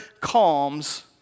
calms